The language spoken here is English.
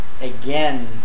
again